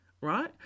Right